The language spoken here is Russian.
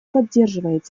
поддерживает